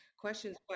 questions